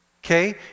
Okay